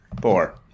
four